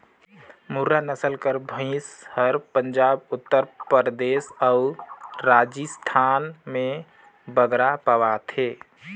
मुर्रा नसल कर भंइस हर पंजाब, उत्तर परदेस अउ राजिस्थान में बगरा पवाथे